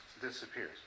disappears